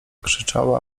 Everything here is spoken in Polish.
krzyczała